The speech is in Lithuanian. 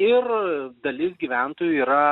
ir dalis gyventojų yra